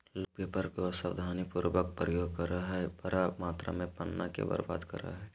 लोग पेपर के असावधानी पूर्वक प्रयोग करअ हई, बड़ा मात्रा में पन्ना के बर्बाद करअ हई